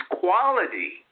quality